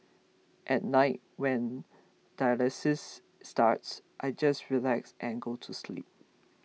at night when dialysis starts I just relax and go to sleep